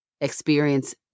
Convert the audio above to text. experience